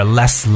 less